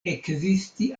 ekzisti